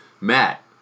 Matt